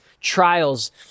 trials